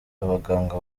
abaganga